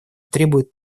требует